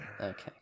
Okay